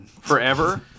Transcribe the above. Forever